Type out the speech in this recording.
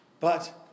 but